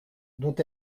dont